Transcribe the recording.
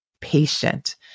patient